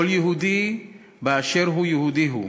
כל יהודי באשר הוא יהודי הוא.